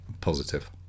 positive